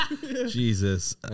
Jesus